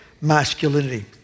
masculinity